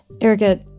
Erica